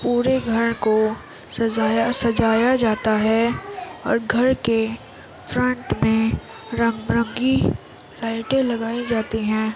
پورے گھر کو سجایا سجایا جاتا ہے اور گھر کے فرنٹ میں رنگ برنگی لائٹیں لگائی جاتی ہیں